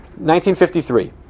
1953